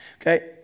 Okay